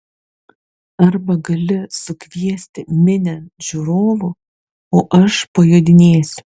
arba gali sukviesti minią žiūrovų o aš pajodinėsiu